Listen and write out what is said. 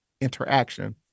interaction